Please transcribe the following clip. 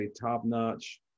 top-notch